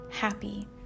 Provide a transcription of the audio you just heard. happy